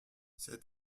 c’est